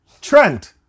Trent